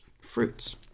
fruits